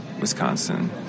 Wisconsin